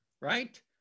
right